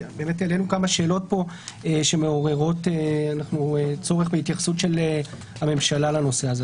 העלינו פה כמה שאלות שמעוררות צורך בהתייחסות של הממשלה לנושא הזה.